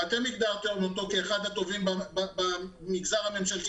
ואתם הגדרתם אותו כאחד הטובים במגזר הממשלתי